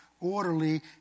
orderly